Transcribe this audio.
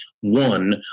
One